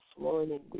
morning